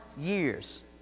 Years